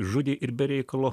žudė ir be reikalo